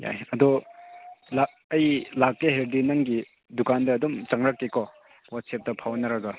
ꯌꯥꯏ ꯑꯗꯣ ꯑꯩ ꯂꯥꯛꯀꯦ ꯍꯥꯏꯔꯗꯤ ꯅꯪꯒꯤ ꯗꯨꯀꯥꯟꯗ ꯑꯗꯨꯝ ꯆꯪꯂꯛꯀꯦꯀꯣ ꯋꯥꯆꯞꯇ ꯐꯥꯎꯅꯔꯒ